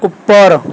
ਉੱਪਰ